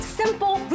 simple